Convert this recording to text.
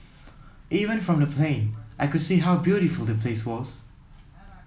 even from the plane I could see how beautiful the place was